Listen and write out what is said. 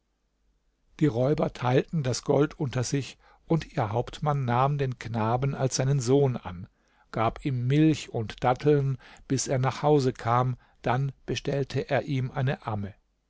die räuber teilten das gold unter sich und ihr hauptmann nahm den knaben als seinen sohn an gab ihm milch und datteln bis er nach hause kam dann bestellte er ihm eine amme